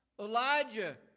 Elijah